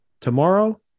Tomorrow